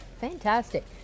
Fantastic